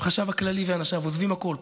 החשב הכללי ואנשיו עוזבים הכול,